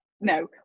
No